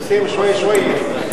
נסים, שוואיה שוואיה.